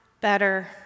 better